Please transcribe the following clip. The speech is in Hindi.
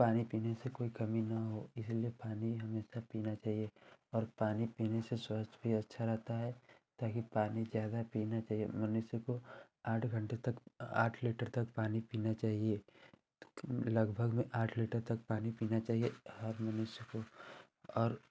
पानी पीने से कोई कमी न हो इसलिए पानी हमेशा पीना चाहिए और पानी पीने से स्वास्थ्य भी अच्छा रहता है ताकि पानी ज़्यादा पीना चाहिए मनुष्य को आठ घन्टे तक आठ लीटर तक पानी पीना चाहिए लगभग में आठ लीटर तक पानी पीना चाहिए हर मनुष्य को और